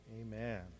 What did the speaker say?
Amen